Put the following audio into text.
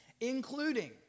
including